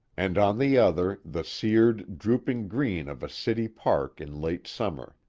and on the other the seared, drooping green of a city park in late summer.